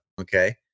okay